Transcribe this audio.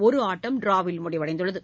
ஒரு ஆட்டம் ட்ராவில் முடிவடைந்துள்ளது